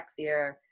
sexier